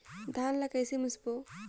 धान ला कइसे मिसबो?